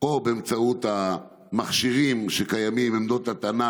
או באמצעות המכשירים שקיימים, עמדות הטענה